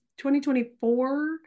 2024